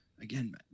again